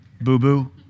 boo-boo